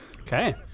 Okay